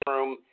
room